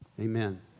amen